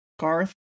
Garth